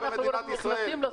אחננו לא נכנסים לסיפור הזה.